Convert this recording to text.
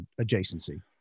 adjacency